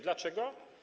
Dlaczego?